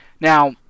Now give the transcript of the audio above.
now